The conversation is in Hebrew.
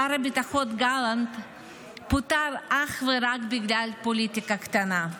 שר הביטחון גלנט פוטר אך ורק בגלל פוליטיקה קטנה.